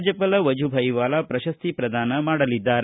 ರಾಜ್ಯಪಾಲ ವಜುಭಾಯಿ ವಾಲಾ ಪ್ರಶಸ್ತಿ ಪ್ರದಾನ ಮಾಡಲಿದ್ದಾರೆ